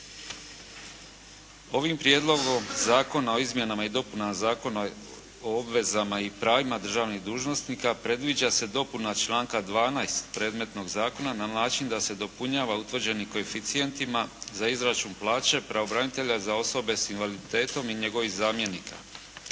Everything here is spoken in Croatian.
Ovim prijedlogom Zakona o izmjenama i dopunama Zakona o obvezama i pravima državnih dužnosnika, predviđa se dopuna članka 12. predmetnog zakona na način da se dopunjava utvrđeni koeficijentima za izračun plaće pravobranitelja za osobe s invaliditetom i njegovih zamjenika.